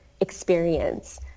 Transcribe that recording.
experience